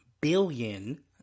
billion